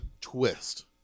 twist